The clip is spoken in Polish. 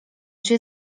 cię